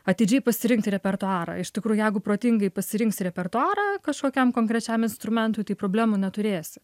atidžiai pasirinkti repertuarą iš tikrųjų jeigu protingai pasirinksi repertuarą kažkokiam konkrečiam instrumentui tai problemų neturėsi